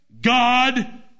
God